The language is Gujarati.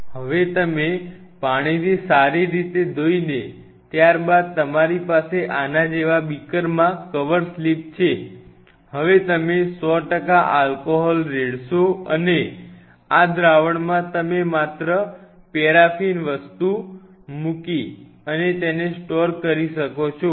હવે તમે પાણીથી સારી રીતે ધોઈને ત્યારબાદ તમારી પાસે આના જેવા બીકરમાં કવર સ્લિપ છે હવે તમે 100 આલ્કોહોલ રેડશો અને આ દ્રાવણ માં તમે માત્ર પેરાફિન વસ્તુ મૂકી અને તેને સ્ટોર કરી શકો છો